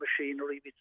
machinery